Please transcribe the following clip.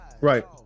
right